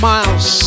Miles